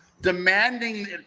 Demanding